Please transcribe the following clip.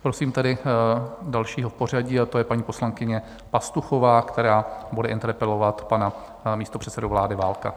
Prosím tedy dalšího v pořadí a to je paní poslankyně Pastuchová, která bude interpelovat pana místopředsedu vlády Válka.